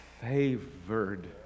favored